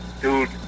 Dude